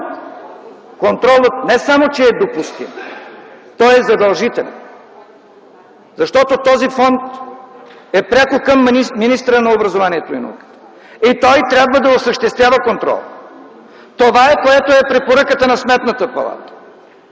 контролът не само че е допустим, той е задължителен. Защото този фонд е пряко към министъра на образованието и науката и той трябва да осъществява контрола. Това е препоръката на Сметната палата.